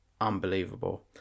unbelievable